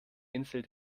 insel